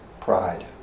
Pride